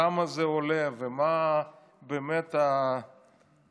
כמה זה עולה ומה באמת התפוקה,